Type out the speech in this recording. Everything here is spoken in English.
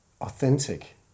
authentic